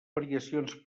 variacions